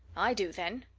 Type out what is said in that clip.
i do, then!